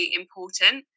important